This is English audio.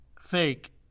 fake